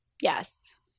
yes